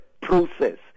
process